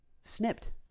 snipped